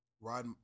ride